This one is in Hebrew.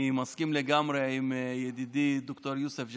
אני מסכים לגמרי עם ידידי ד"ר יוסף ג'בארין,